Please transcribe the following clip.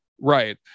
right